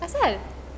apa pasal